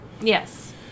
Yes